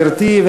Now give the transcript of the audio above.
גברתי,